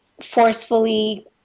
forcefully